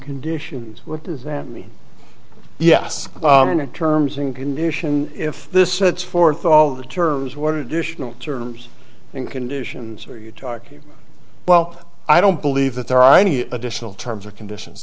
conditions were does that mean yes in a terms in condition if this sets forth all the terms what additional terms and conditions are you talking well i don't believe that there are any additional terms or conditions